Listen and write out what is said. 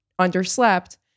underslept